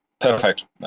perfect